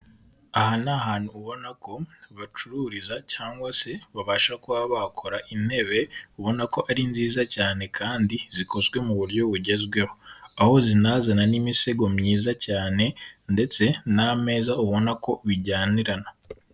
Aha ni ahantu ubona ko bacururiza cyangwa se babasha kuba bakora intebe ubona ko ari nziza cyane kandi zikozwe mu buryo bugezweho, aho zinazana n'imisego myiza cyane ndetse n'ameza ubona ko bijyanirana.